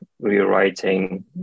rewriting